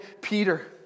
Peter